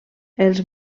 els